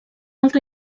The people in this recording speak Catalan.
altra